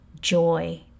joy